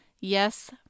yes